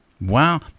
wow